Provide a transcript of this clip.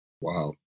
Wow